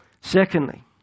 Secondly